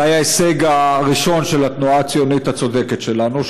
אולי ההישג הראשון של התנועה הציונית הצודקת שלנו,